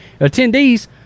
attendees